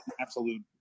Absolute